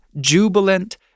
jubilant